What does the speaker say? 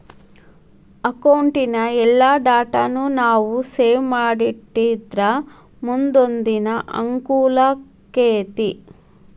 ಅಕೌಟಿನ್ ಎಲ್ಲಾ ಡಾಟಾನೂ ನಾವು ಸೇವ್ ಮಾಡಿಟ್ಟಿದ್ರ ಮುನ್ದೊಂದಿನಾ ಅಂಕೂಲಾಕ್ಕೆತಿ